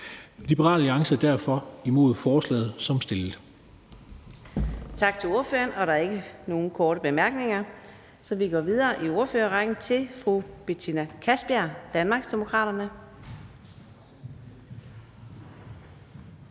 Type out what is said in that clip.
Fjerde næstformand (Karina Adsbøl): Tak til ordføreren. Der er ikke nogen korte bemærkninger, så vi går videre i ordførerrækken til fru Betina Kastbjerg, Danmarksdemokraterne.